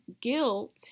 guilt